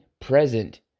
present